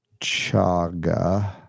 Chaga